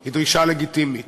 היא דרישה לגיטימית.